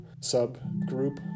subgroup